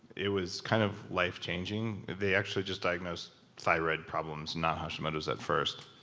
it was kind of life changing. they actually just diagnosed thyroid problems, not hashimoto's at first.